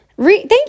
Thank